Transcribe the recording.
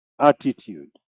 attitude